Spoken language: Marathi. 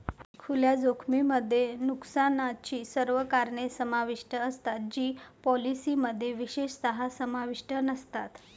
खुल्या जोखमीमध्ये नुकसानाची सर्व कारणे समाविष्ट असतात जी पॉलिसीमध्ये विशेषतः समाविष्ट नसतात